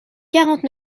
quarante